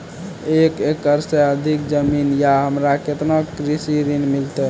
एक एकरऽ से अधिक जमीन या हमरा केतना कृषि ऋण मिलते?